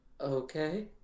Okay